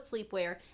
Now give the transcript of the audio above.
sleepwear